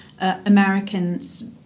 Americans